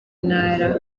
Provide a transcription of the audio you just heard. ntara